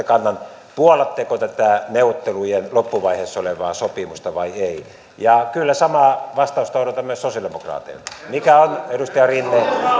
kannan puollatteko tätä neuvottelujen loppuvaiheessa olevaa sopimusta vai ette ja kyllä samaa vastausta odotan myös sosialidemokraateilta edustaja rinne